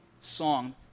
song